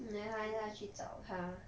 then 他去找她